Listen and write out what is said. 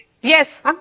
Yes